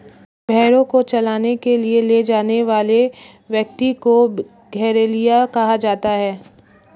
भेंड़ों को चराने के लिए ले जाने वाले व्यक्ति को गड़ेरिया कहा जाता है